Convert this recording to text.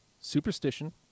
Superstition